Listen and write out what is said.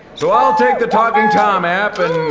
so i'll take the talking tom app and